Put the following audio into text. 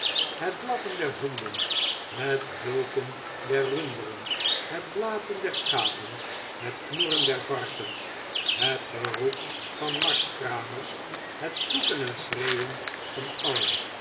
het blaffen der honden het bulken der runderen het blaten der schapen het knorren der varkens het geroep van marskramers het vloeken en schreeuwen van allen